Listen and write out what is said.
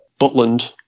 Butland